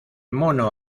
mono